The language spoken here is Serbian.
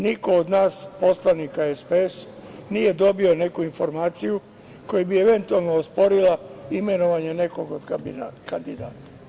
Niko od nas poslanika, SPS nije dobio neku informaciju, koja bi eventualno osporila imenovanje nekog od kandidata.